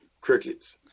crickets